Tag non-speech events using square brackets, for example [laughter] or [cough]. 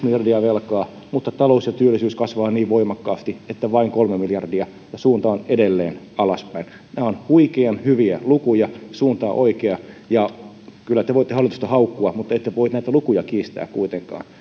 [unintelligible] miljardia velkaa mutta talous ja työllisyys kasvavat niin voimakkaasti että tarvitaan vain kolme miljardia ja suunta on edelleen alaspäin nämä ovat huikean hyviä lukuja suunta on oikea kyllä te voitte hallitusta haukkua mutta ette voi näitä lukuja kiistää kuitenkaan